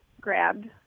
grabbed